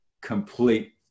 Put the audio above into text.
complete